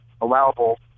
allowable